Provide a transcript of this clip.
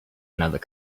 another